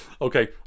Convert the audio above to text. okay